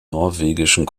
norwegischen